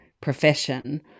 profession